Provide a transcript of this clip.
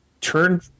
turn